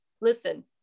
listen